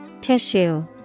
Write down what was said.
Tissue